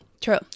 True